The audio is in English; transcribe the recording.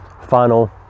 final